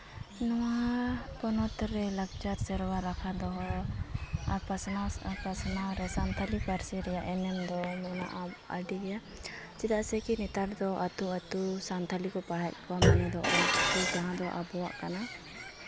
ᱱᱚᱣᱟ ᱯᱚᱱᱚᱛ ᱨᱮ ᱞᱟᱠᱪᱟᱨ ᱥᱮᱨᱣᱟ ᱨᱟᱠᱷᱟ ᱫᱚᱦᱚ ᱟᱨ ᱯᱟᱥᱱᱟᱣ ᱨᱮ ᱥᱟᱱᱛᱟᱲᱤ ᱯᱟᱹᱨᱥᱤ ᱨᱮᱭᱟᱜ ᱮᱱᱮᱢ ᱫᱚ ᱢᱮᱱᱟᱜᱼᱟ ᱟᱹᱰᱤᱜᱮ ᱪᱮᱫᱟᱜ ᱥᱮ ᱠᱤ ᱱᱮᱛᱟᱨ ᱫᱚ ᱟᱛᱳ ᱟᱛᱳ ᱥᱟᱱᱛᱟᱲᱤ ᱠᱚ ᱯᱟᱲᱦᱟᱣᱮᱫ ᱠᱚᱣᱟ ᱢᱟᱱᱮ ᱫᱚ ᱚᱞᱪᱤᱠᱤ ᱡᱟᱦᱟᱸ ᱫᱚ ᱟᱵᱚᱣᱟᱜ ᱠᱟᱱᱟ